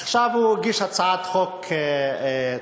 עכשיו הוא הגיש הצעת חוק טובה,